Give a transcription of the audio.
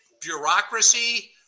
bureaucracy